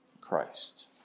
Christ